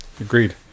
agreed